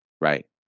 right